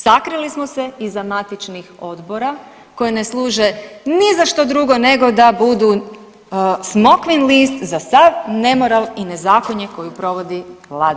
Sakrili smo se iza matričnih odbora koji ne služe ni za što drugo nego da budu smokvin list za sav nemoral i nezakonje koju provodi Vlada.